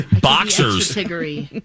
Boxers